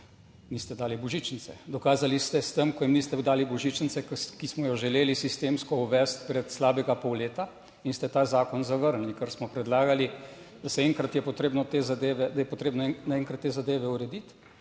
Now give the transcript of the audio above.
niste dali božičnice, dokazali ste s tem, ko jim niste dali božičnice, ki smo jo želeli sistemsko uvesti pred slabega pol leta in ste ta zakon zavrnili, ker smo predlagali, da se enkrat je potrebno te zadeve, da